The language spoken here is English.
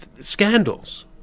Scandals